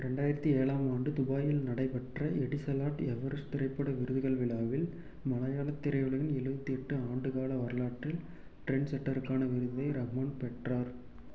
ரெண்டாயிரத்து ஏழாம் ஆண்டு துபாயில் நடைபெற்ற எடிசலாட் எவரெஸ்ட் திரைப்பட விருதுகள் விழாவில் மலையாளத் திரையுலகின் எழுபத்தெட்டு ஆண்டுகால வரலாற்றில் ட்ரெண்ட்செட்டருக்கான விருதை ரஹ்மான் பெற்றார்